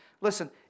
Listen